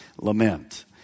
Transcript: lament